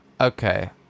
Okay